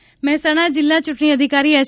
પટેલ મહેસાણા જિલ્લા ચૂંટણી અધિકારી એચ